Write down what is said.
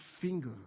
finger